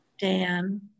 Dan